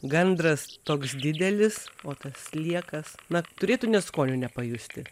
gandras toks didelis o tas sliekas na turėtų net skonio nepajusti